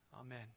Amen